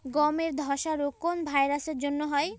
গমের ধসা রোগ কোন ভাইরাস এর জন্য হয়?